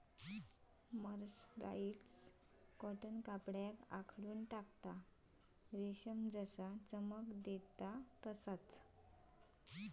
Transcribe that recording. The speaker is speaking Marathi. मर्सराईस्ड कॉटन कपड्याक आखडून टाकता, रेशम जसा चमक देता तसा